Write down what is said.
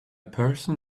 person